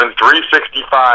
365